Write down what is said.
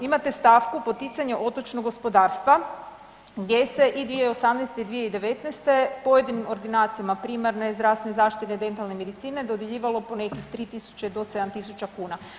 Imate stavku poticanje otočnog gospodarstva gdje se i 2018.-te i 2019.-te pojedinim ordinacijama primarne zdravstvene zaštite dentalne medicine dodjeljivalo po nekih 3.000 do 7.000 kuna.